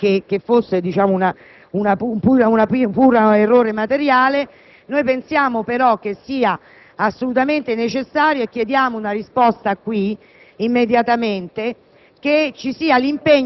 all'idea che fosse un puro errore materiale; noi pensiamo però che sia assolutamente necessario - e chiediamo una risposta qui, immediatamente